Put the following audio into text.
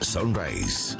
Sunrise